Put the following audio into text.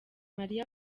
maria